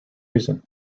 reason